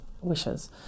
wishes